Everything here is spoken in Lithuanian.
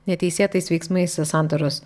neteisėtais veiksmais santaros